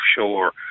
offshore